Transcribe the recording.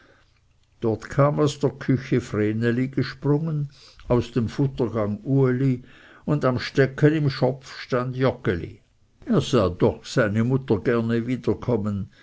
dort kam aus der küche vreneli gesprungen aus dem futtergang uli und am stecken im schopf stand joggeli er sah doch seine mutter gerne